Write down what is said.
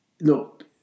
Look